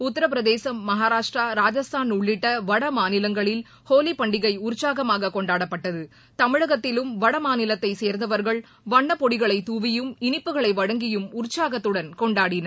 உத்தரப்பிரதேசம் மஹாராஷ்ட்ரா ராஜஸ்தான் உள்ளிட்ட வட மாநிலங்களில் ஹோலிப் பண்டிகை உற்சாகமாக கொண்டாடப்பட்டது தமிழகத்திலும் வட மாநிலத்தைச் சேர்ந்தவர்கள் வண்ணப் பொடிகளை தூவியும் இனிப்புகளை வழங்கியும் உற்சாகத்துடன் கொண்டாடினர்